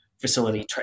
facility